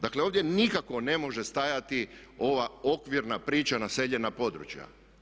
Dakle, ovdje nikako ne može stajati ova okvirna priča naseljena područja.